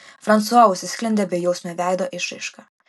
fransua užsisklendė bejausme veido išraiška